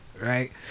right